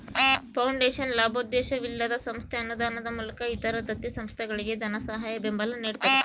foundation ಲಾಭೋದ್ದೇಶವಿಲ್ಲದ ಸಂಸ್ಥೆ ಅನುದಾನದ ಮೂಲಕ ಇತರ ದತ್ತಿ ಸಂಸ್ಥೆಗಳಿಗೆ ಧನಸಹಾಯ ಬೆಂಬಲ ನಿಡ್ತದ